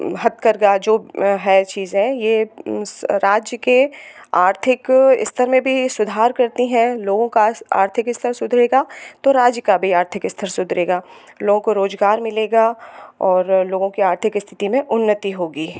हथकरघा है जो है चीज़ यह राज्य के आर्थिक स्तर में भी सुधार करती है लोगों का आर्थिक स्थर सुधरेगा तो राज्य का भी आर्थिक स्तर सुधरेगा लोगों को रोज़गार मिलेगा और लोगों के आर्थिक स्थिति में उन्नति होगी